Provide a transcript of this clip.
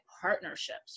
partnerships